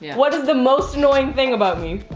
what is the most annoying thing about me?